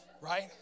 Right